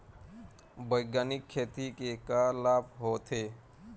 बैग्यानिक खेती के का लाभ होथे?